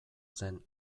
zen